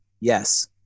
Yes